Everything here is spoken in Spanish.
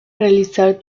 realizar